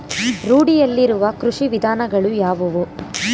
ರೂಢಿಯಲ್ಲಿರುವ ಕೃಷಿ ವಿಧಾನಗಳು ಯಾವುವು?